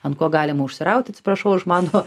ant ko galima užsirauti atsiprašau už mano